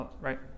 right